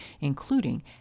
including